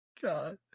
god